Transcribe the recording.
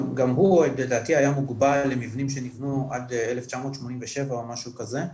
גם הוא לדעתי היה מוגבל עם מבנים שנבנו עד 1987 או משהו כזה,